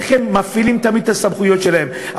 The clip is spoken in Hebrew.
איך הם מפעילים תמיד את הסמכויות שלהם,